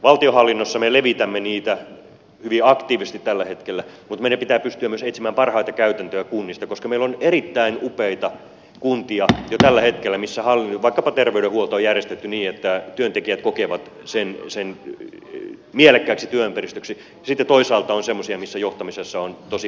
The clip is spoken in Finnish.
valtionhallinnossa me levitämme niitä hyvin aktiivisesti tällä hetkellä mutta meidän pitää pystyä myös etsimään parhaita käytäntöjä kunnista koska meillä on erittäin upeita kuntia jo tällä hetkellä missä vaikkapa terveydenhuolto on järjestetty niin että työntekijät kokevat sen mielekkääksi työympäristöksi ja sitten toisaalta on semmoisia missä johtamisessa on tosi vakavia puutteita